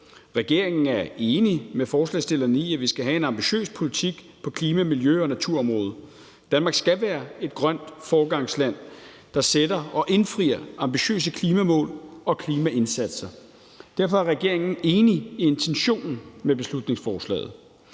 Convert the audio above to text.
Regeringen er enig med forslagsstillerne i, at vi skal have en ambitiøs politik på klima-, miljø- og naturområdet. Danmark skal være et grønt foregangsland, der sætter og indfrier ambitiøse klimamål og klimaindsatser. Derfor er regeringen enig i intentionen med beslutningsforslaget,